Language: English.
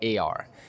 ar